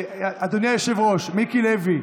אדוני היושב-ראש, מיקי לוי.